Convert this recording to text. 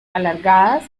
alargadas